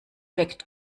weckt